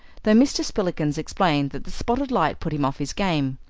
though mr. spillikins explained that the spotted light put him off his game.